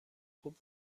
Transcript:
خوب